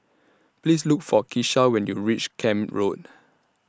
Please Look For Kisha when YOU REACH Camp Road